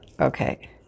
Okay